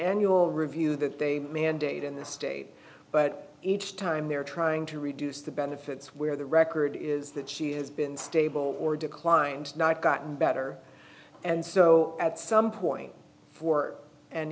annual review that they mandate in the state but each time they're trying to reduce the benefits where the record is that she has been stable or declined not gotten better and so at some point for an